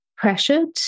pressured